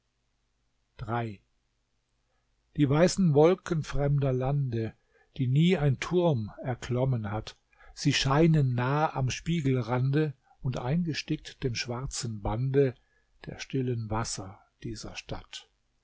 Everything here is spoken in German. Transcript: die weißen wolken fremder lande die nie ein turm erklommen hat sie scheinen nah im spiegelrande und eingestickt dem schwarzen bande der stillen wasser dieser stadt